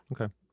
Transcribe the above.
Okay